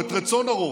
או את רצון הרוב.